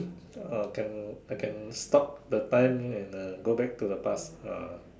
uh can I can stop the time and uh go back to the past ah